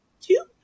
two